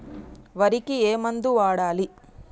వరికి ఏ మందు వాడాలి?